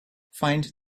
find